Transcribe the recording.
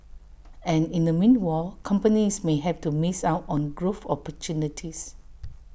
and in the meanwhile companies may have to miss out on growth opportunities